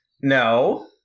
No